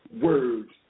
words